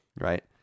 right